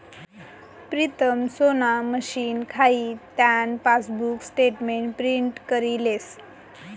Pritam Sona machine खाई त्यान passbook statement print करी लेस